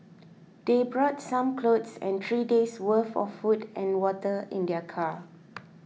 they brought some clothes and three days' worth of food and water in their car